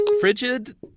Frigid